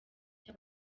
icyo